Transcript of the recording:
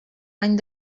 any